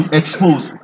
expose